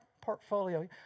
portfolio